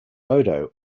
odo